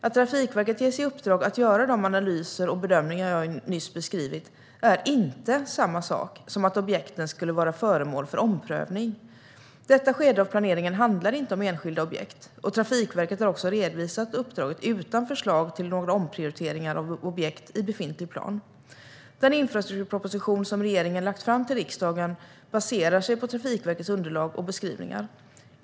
Att Trafikverket ges i uppdrag att göra de analyser och bedömningar jag nyss beskrivit är inte samma sak som att objekten skulle vara föremål för omprövning. Detta skede av planeringen handlar inte om enskilda objekt, och Trafikverket har också redovisat uppdraget utan förslag till några omprioriteringar av objekt i befintlig plan. Den infrastrukturproposition som regeringen lagt fram till riksdagen baserar sig på Trafikverkets underlag och beskrivningar.